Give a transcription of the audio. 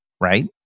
right